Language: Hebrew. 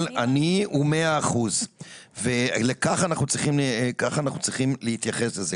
כל עני הוא 100%. כך אנחנו צריכים להתייחס לזה.